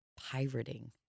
pirating